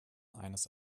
eines